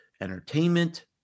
entertainment